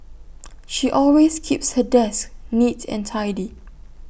she always keeps her desk neat and tidy